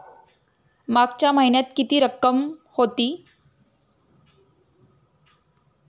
मागच्या महिन्यात किती रक्कम होती?